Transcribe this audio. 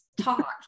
talk